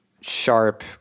sharp